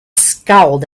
scowled